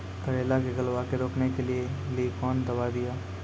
करेला के गलवा के रोकने के लिए ली कौन दवा दिया?